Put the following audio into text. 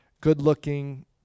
good-looking